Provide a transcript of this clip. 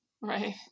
right